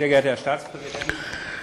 (נושא דברים בשפה הגרמנית,